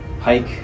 hike